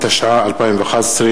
התשע"א 2011,